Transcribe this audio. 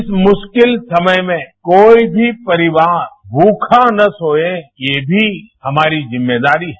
इस मुश्किल समय में कोई भी परिवार मुखा न सोए हमारी जिम्मेषदारी है